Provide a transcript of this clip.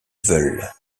veulent